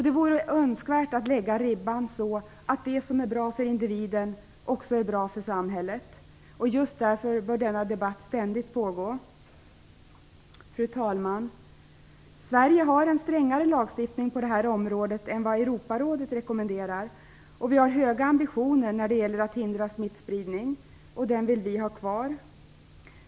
Det vore önskvärt att lägga ribban så att det som är bra för individen också är bra för samhället. Just därför bör denna debatt ständigt pågå. Fru talman! Sverige har en strängare lagstiftning på det här området än vad Europarådet rekommenderar, och vi har höga ambitioner när det gäller att hindra smittspridning. Den vill vi ha kvar.